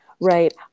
right